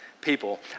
people